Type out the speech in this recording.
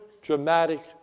dramatic